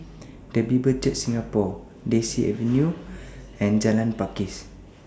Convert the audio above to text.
The Bible Church Singapore Daisy Avenue and Jalan Pakis